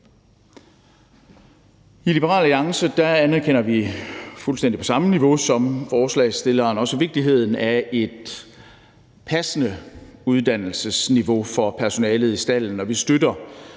I Liberal Alliance anerkender vi, fuldstændig på samme niveau som forslagsstillerne, også vigtigheden af et passende uddannelsesniveau for personalet i stalden, og vi støtter,